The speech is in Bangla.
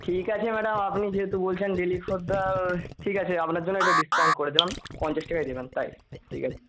ঠিক আছে ম্যাডাম আপনি যেহেতু বলছেন ডিলিট ফর দ্য ঠিক আছে আপনার জন্য এটা ডিসকাউন্ট করে দিলাম পঞ্চাশ টাকাই দেবেন তাই ঠিক আছে